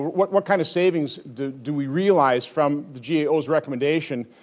what what kind of savings do do we realize from the gao's recommendation.